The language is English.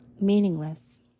meaningless